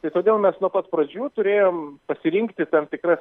tai todėl mes nuo pat pradžių turėjom pasirinkti tam tikras